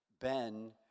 Ben